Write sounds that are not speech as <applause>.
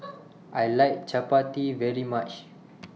<noise> I like Chapati very much